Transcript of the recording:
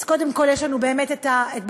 אז קודם כול יש לנו באמת את בית-המשפט,